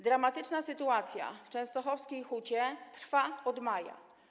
Dramatyczna sytuacja w częstochowskiej hucie trwa od maja.